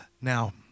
Now